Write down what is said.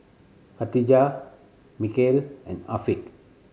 Katijah Mikhail and Afiq